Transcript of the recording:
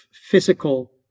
physical